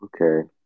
Okay